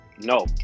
no